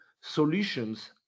solutions